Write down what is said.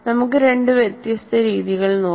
നമുക്ക് രണ്ട് വ്യത്യസ്ത രീതികൾ നോക്കാം